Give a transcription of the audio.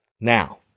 Now